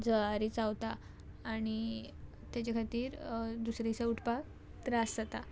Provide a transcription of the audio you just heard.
जळारी चावता आणी तेजे खातीर दुसरे दिसा उठपाक त्रास जाता